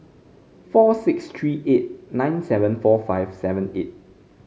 four six three eight nine seven four five seven eight